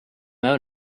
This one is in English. out